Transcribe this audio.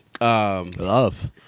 Love